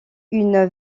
une